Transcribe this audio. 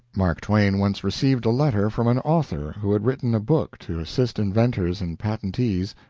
mark twain once received a letter from an author who had written a book to assist inventors and patentees,